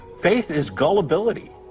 faith is gullibility